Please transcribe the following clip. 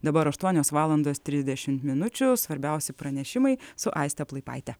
dabar aštuonios valandos trisdešim minučių svarbiausi pranešimai su aiste plaipaite